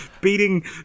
beating